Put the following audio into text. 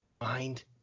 mind